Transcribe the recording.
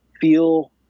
feel